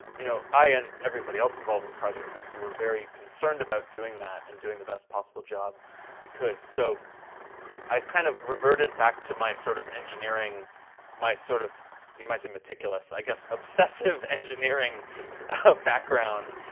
you know, i and everybody else involved in the project also were very concerned about doing that and doing the best possible job we could. so i kind of reverted back to my sort of engineering my sort of you might say meticulous, i guess, obsessive engineering background,